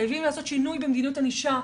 חייבים לעשות שינוי במדיניות הענישה.